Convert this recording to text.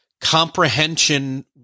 comprehension